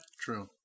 true